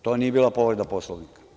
To nije bila povreda Poslovnika.